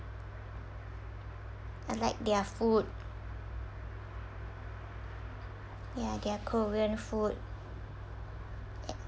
I like their food ya their korean food